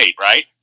right